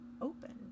open